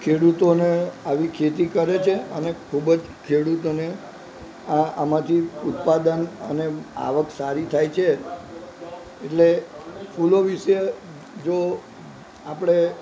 ખેડૂતોને આવી ખેતી કરે છે અને ખૂબ જ ખેડૂતોને આ આમાંથી ઉત્પાદન અને આવક સારી થાય છે એટલે ફૂલો વિશે જો આપણે